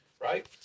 right